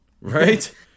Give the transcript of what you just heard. Right